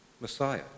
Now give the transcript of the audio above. Messiah